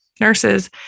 nurses